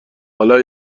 حالا